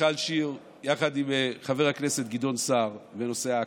מיכל שיר יחד עם חבר הכנסת גדעון סער בנושא עכו.